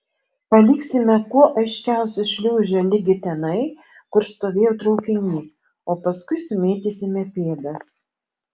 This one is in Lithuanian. paliksime kuo aiškiausią šliūžę ligi tenai kur stovėjo traukinys o paskui sumėtysime pėdas